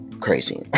crazy